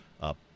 up